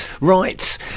Right